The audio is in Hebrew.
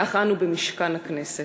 כך אנו במשכן הכנסת: